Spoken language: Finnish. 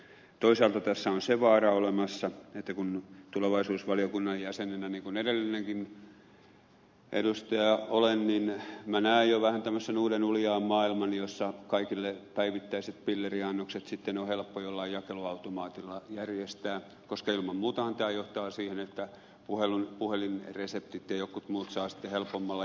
toisaalta tässä on se vaara olemassa että tulevaisuusvaliokunnan jäsen kun olen niin kuin edellinenkin edustaja minä näen jo vähän tämmöisen uuden uljaan maailman jossa kaikille päivittäiset pilleriannokset sitten on helppo jollain jakeluautomaatilla järjestää koska ilman muutahan tämä johtaa siihen että puhelinreseptit ja jotkut muut saa sitten helpommalla